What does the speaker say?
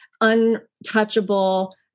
untouchable